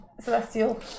Celestial